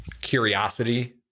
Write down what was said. curiosity